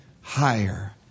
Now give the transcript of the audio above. higher